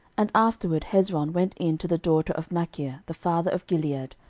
and afterward hezron went in to the daughter of machir the father of gilead,